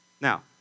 Now